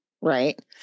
right